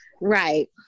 right